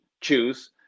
choose